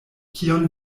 kion